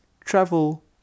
travel